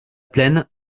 plaine